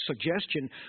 suggestion